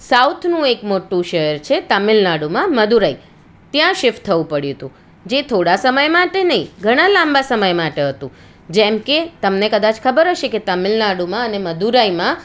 સાઉથનું એક મોટું શહેર છે તમિલનાડુમાં મદુરાઈ ત્યાં સિફ્ટ થવું પડ્યું હતું જે થોડા સમય માટે નહીં ઘણા લાંબા સમય માટે હતું જેમ કે તમને કદાચ ખબર હશે કે તમિલનાડુમાં અને મદુરાઈમાં